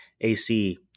AC